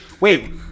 Wait